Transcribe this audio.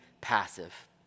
passive